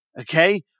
Okay